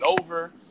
over